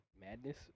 madness